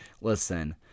listen